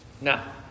Now